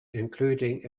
including